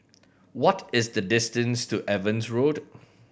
what is the distance to Evans Road